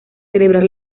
celebrar